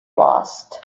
lost